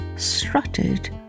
strutted